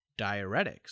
Diuretics